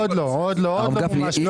עוד לא מומש.